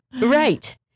Right